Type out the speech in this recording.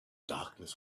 darkness